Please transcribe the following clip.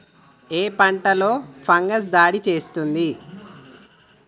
ఏ పంటలో ఫంగస్ దాడి చేస్తుంది?